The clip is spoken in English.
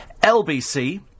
LBC